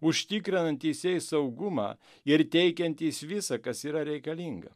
užtikrinantys jai saugumą ir teikiantys visa kas yra reikalinga